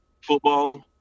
football